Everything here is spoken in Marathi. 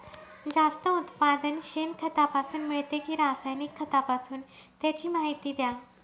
जास्त उत्पादन शेणखतापासून मिळते कि रासायनिक खतापासून? त्याची माहिती द्या